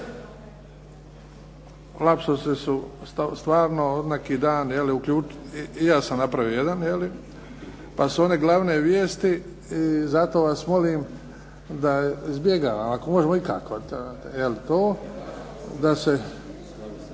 Lapsusi su stvarno od neki dan, i ja sam napravio jedan, pa su one glavne vijesti pa zato vas molim da ih izbjegavamo, ako možemo ikako, da ove